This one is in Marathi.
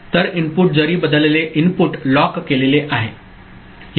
तर इनपुट जरी बदलले इनपुट लॉक केलेले आहे